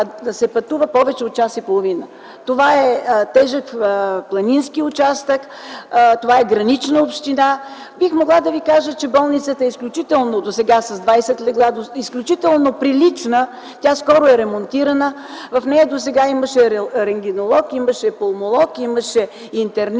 км, се пътува повече от час и половина. Това е тежък планински участък, това е гранична община. Бих могла да Ви кажа, че болницата, сега е с 20 легла и е изключително прилична. Тя скоро е ремонтирана. В нея досега имаше рентгенолог, имаше пулмолог, имаше интернист,